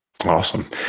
Awesome